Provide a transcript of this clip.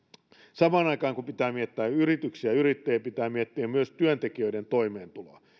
samaan aikaan kun pitää miettiä yrityksiä ja yrittäjiä pitää miettiä myös työntekijöiden toimeentuloa